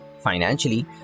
Financially